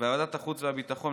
בוועדת החוץ והביטחון,